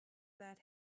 that